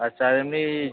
আচ্ছা আর এমনি